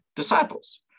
disciples